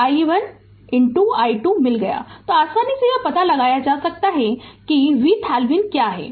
तो i1 i2 मिल गया है तो आसानी से यह पता लगा सकता है कि मेरा VThevenin क्या है